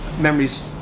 memories